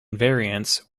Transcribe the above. variants